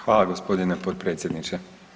Hvala gospodine potpredsjedniče.